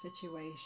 situation